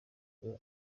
d’or